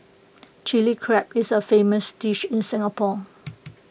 Chilli Crab is A famous dish in Singapore